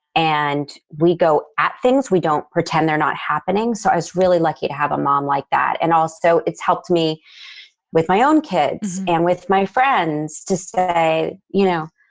and we go at things. we don't pretend they're not happening. so i was really lucky to have a mom like that. and also, it's helped me with my own kids and with my friends to say, you know,